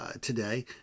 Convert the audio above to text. today